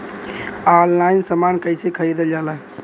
Online समान कैसे खरीदल जाला?